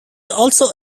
also